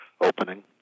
opening